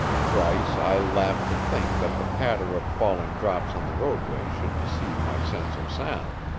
thrice i laughed to think that the patter of falling drops on the roadway should deceive my sense of sound.